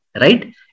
right